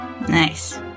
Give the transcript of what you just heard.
nice